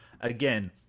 again